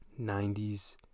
90s